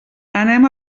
anem